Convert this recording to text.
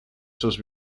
sus